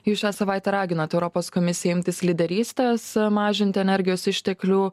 jūs šią savaitę raginot europos komisiją imtis lyderystės mažinti energijos išteklių